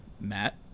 Matt